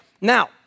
Now